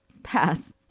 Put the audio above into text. path